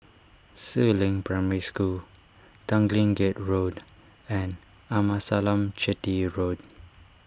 Si Ling Primary School Tanglin Gate Road and Amasalam Chetty Road